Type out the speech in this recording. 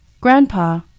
grandpa